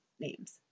names